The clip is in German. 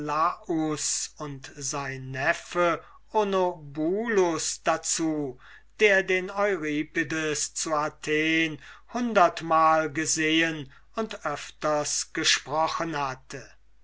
und sein neffe onobulus dazu der den euripides zu athen hundertmal gesehen und öfters gesprochen hatte